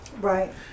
Right